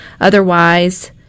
otherwise